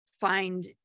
find